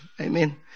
Amen